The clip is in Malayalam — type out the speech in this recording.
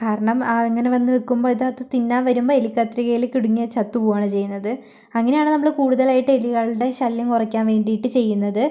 കാരണം അങ്ങനെ വന്ന് വയ്ക്കുമ്പോൾ ഇതിനത്ത് തിന്നാൻ വരുമ്പോൾ എലി കത്രികയിൽ കുടുങ്ങി അത് ചത്ത് പോകുകയാണ് ചെയ്യുന്നത് അങ്ങനെയാണ് നമ്മള് കൂടുതലായിട്ടും എലികളുടെ ശല്യം കുറയ്ക്കാൻ വേണ്ടിയിട്ട് ചെയ്യുന്നത്